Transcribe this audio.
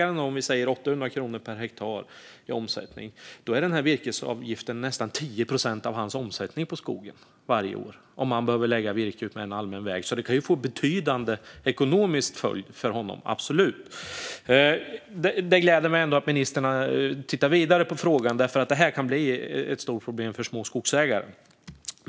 Låt oss säga att omsättningen är 800 kronor per hektar. Då är den här virkesavgiften nästan 10 procent av hans omsättning på skogen varje år, om han behöver lägga virke utmed en allmän väg. Detta kan absolut få en betydande ekonomisk följd för honom. Det gläder mig ändå att ministern tittar vidare på frågan, för detta kan bli ett stort problem för småskogsägare.